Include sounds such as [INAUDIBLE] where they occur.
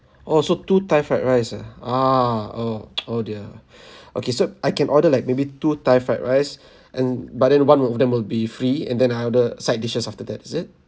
oh so two thai fried rice ah ah oh [NOISE] oh dear [BREATH] okay so I can order like maybe two thai fried rice [BREATH] and but then one of them will be free and then I order side dishes after that is it